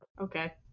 okay